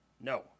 No